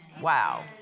Wow